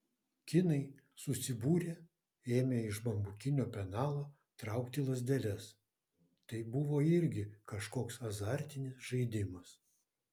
kinai susibūrę ėmė iš bambukinio penalo traukti lazdeles tai buvo irgi kažkoks azartinis žaidimas